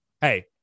Hey